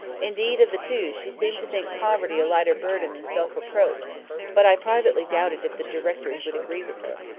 indeed, of the two, she seemed to think poverty a lighter burden than self-reproach but i privately doubted if the directors would agree with her.